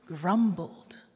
grumbled